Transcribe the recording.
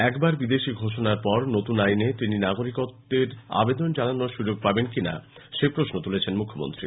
একবার বিদেশী ঘোষণার পর নতুন আইনে তিনি নাগরিকত্বের আবেদন জানানোর সুযোগ পাবেন কিনা সে প্রশ্ন তুলেছেন তিনি